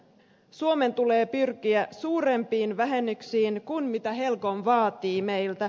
suomen tulee pyrkiä suurempiin vähennyksiin kuin mitä helcom vaatii meiltä